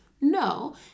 No